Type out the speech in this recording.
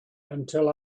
until